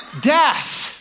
death